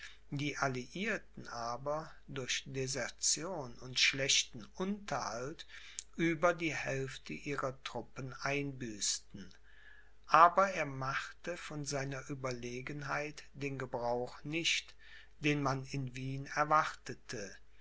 die alliierten aber durch desertion und schlechten unterhalt über die hälfte ihrer truppen einbüßten aber er machte von seiner ueberlegenheit den gebrauch nicht den man in wien erwartete